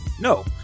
No